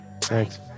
Thanks